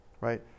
right